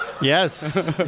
Yes